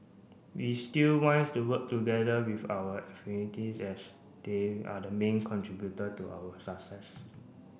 we still wants to work together with our as they are the main contributor to our success